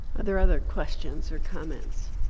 other other questions or comments?